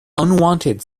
unwanted